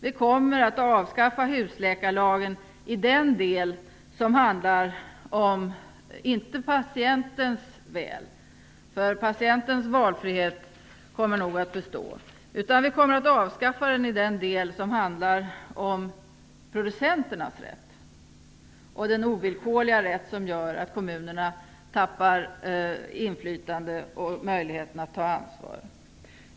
Vi kommer att avskaffa husläkarlagen i den del som inte handlar om patientens väl - patientens valfrihet kommer nog att bestå. Vi kommer att avskaffa husläkarlagen i den del som handlar om producenternas rätt, den ovillkorliga rätt som gör att kommunerna förlorar sitt inflytande och möjligheten att ta ansvar.